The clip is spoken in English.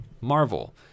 Marvel